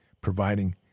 providing